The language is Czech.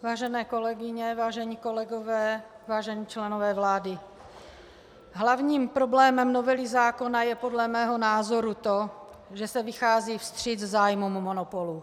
Vážené kolegyně, vážení kolegové, vážení členové vlády, hlavním problémem novely zákona je podle mého názoru to, že se vychází vstříc zájmům monopolu.